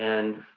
and